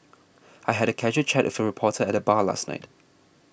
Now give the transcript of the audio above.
I had a casual chat with a reporter at the bar last night